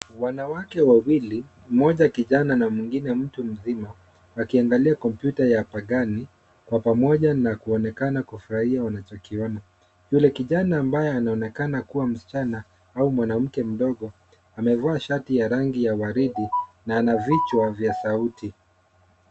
Wanawake wawili, mmoja kijana na mwengine mtu mzima wakiangalia kompyuta ya pajani kwa pamoja na kuonekana kufurahia wanachokiona. Yule kijana ambaye anaonekana kuwa msichana au mwanamke mdogo amevaa shati ya rangi ya waridi na anavichwa vya sauti.